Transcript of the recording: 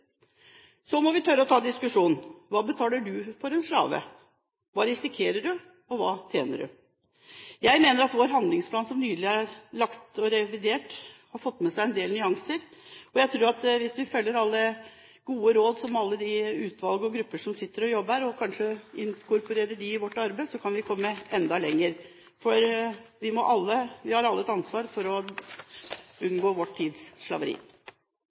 Så må vi tørre å ta diskusjonen: Hva betaler du for en slave? Hva risikerer du, og hva tjener du? Jeg mener at vår handlingsplan som nylig er lagt og revidert, har fått med seg en del nyanser. Jeg tror at hvis vi følger alle gode råd fra alle de utvalg og grupper som sitter og jobber, og kanskje inkorporerer dem i vårt arbeid, kan vi komme enda lenger. Vi har alle et ansvar for å unngå vår tids slaveri.